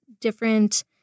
different